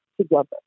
together